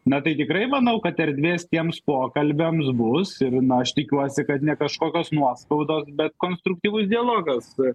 na tai tikrai manau kad erdvės tiems pokalbiams bus ir na aš tikiuosi kad ne kažkokios nuoskaudos bet konstruktyvus dialogas